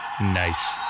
Nice